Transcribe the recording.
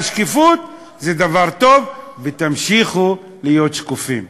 אבל שקיפות זה דבר טוב, ותמשיכו להיות שקופים,